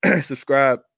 Subscribe